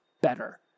better